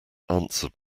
answered